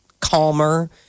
calmer